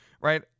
right